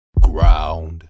ground